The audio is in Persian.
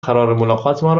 قرارملاقاتمان